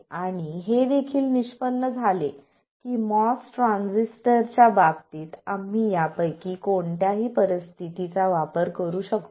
आणि हे देखील निष्पन्न झाले की MOS ट्रान्झिस्टरच्या बाबतीत आम्ही यापैकी कोणत्याही परिस्थितीचा वापर करू शकतो